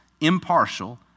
impartial